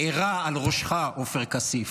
מארה על ראשך, עופר כסיף.